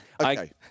Okay